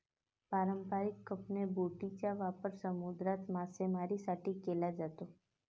पारंपारिकपणे, बोटींचा वापर समुद्रात मासेमारीसाठी केला जातो